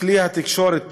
כלי התקשורת בכלל,